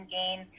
gain